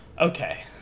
Okay